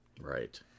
Right